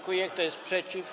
Kto jest przeciw?